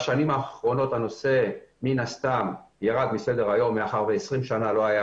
בשנים האחרונות הנושא מן הסתם ירד מסדר היום מאחר ו-20 שנה לא היה